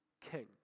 king